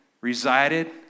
resided